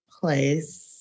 place